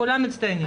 כולם מצטיינים,